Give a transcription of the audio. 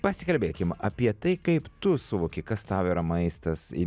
pasikalbėkim apie tai kaip tu suvoki kas tau yra maistas i